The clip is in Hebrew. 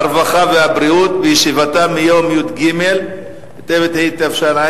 הרווחה והבריאות בישיבתה מיום י"ג בטבת התשע"א,